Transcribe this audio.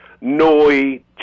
Noi